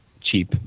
cheap